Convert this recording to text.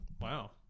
Wow